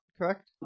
correct